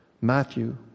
Matthew